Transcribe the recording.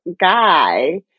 guy